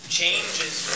changes